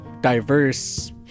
diverse